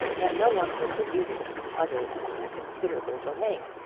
that no one would believe it to be other than a considerable domain.